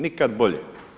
Nikad bolje.